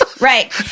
right